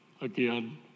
again